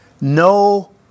No